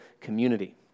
community